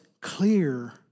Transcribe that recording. clear